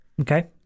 Okay